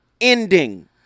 ending